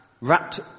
wrapped